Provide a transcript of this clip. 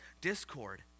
discord